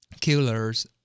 killers